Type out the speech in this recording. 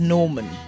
Norman